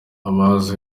abazi